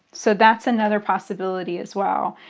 so that's another possibility as well.